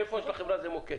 הטלפון של החברה זה מוקד,